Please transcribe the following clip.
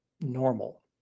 Normal